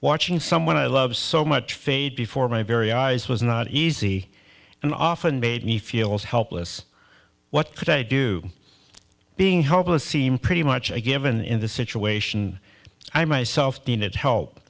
watching someone i love so much fade before my very eyes was not easy and often made me feel as helpless what could i do being helpless seemed pretty much a given in the situation i myself did it help